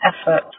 effort